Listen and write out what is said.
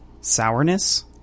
sourness